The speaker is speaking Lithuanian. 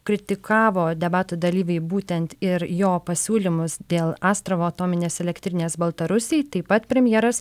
kritikavo debatų dalyviai būtent ir jo pasiūlymus dėl astravo atominės elektrinės baltarusijoj taip pat premjeras